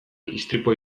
istripua